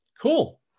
Cool